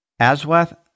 Aswath